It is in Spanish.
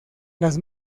las